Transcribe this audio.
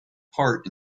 part